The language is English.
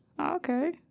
okay